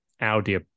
Audi